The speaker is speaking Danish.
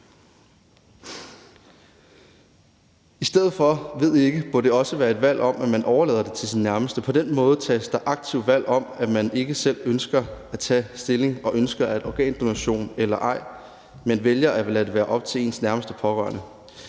I stedet for »ved ikke« må det også være et valg om, at man overlader det til sine nærmeste. På den måde tages der et aktivt valg om, at man ikke selv ønsker at tage stilling til organdonation, men vælger at lade det være op til ens nærmeste pårørende.